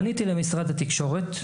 פניתי למשרד התקשורת.